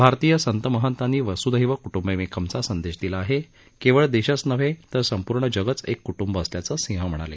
भारतीय संतमहंतांनी वसुधैव कुटंबकमचा संदेश दिला आहे केवळ देशच नव्हे तर संपूर्ण जगात एक कुटुंब असल्याचं सिंह म्हणाले